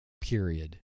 period